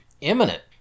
imminent